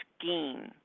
scheme